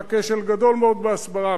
היה כשל גדול מאוד בהסברה,